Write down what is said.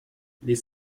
les